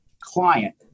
client